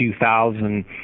2000